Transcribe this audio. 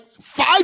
five